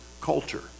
culture